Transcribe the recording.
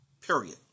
period